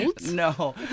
No